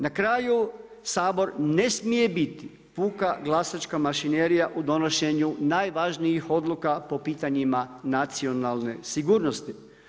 Na kraju Sabor ne smije biti puka glasačka mašinerija u donošenju najvažnijih odluka po pitanjima nacionalne sigurnosti.